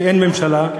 שאין ממשלה,